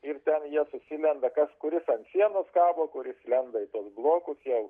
ir ten jie susilenda kas kuris ant sienos kabo kuris lenda į tuos blokus jau